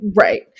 Right